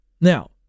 Now